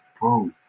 bro